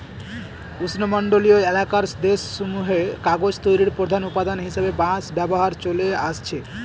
উষ্ণমন্ডলীয় এলাকার দেশসমূহে কাগজ তৈরির প্রধান উপাদান হিসাবে বাঁশ ব্যবহার চলে আসছে